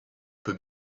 peut